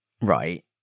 right